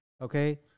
Okay